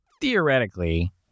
theoretically